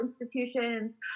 institutions